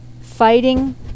fighting